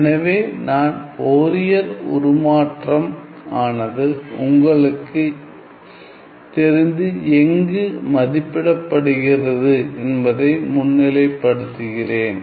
எனவே நான் ஃபோரியர் உருமாற்றம் ஆனது உங்களுக்கு தெரிந்து எங்கு மதிப்பிடப்படுகிறது என்பதை முன்னிலைப்படுத்துகிறேன்